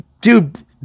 dude